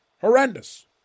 Horrendous